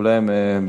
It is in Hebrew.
אולי הם בנפשך,